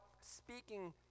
speaking